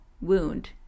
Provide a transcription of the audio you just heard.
wound